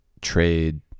trade –